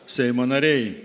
seimo nariai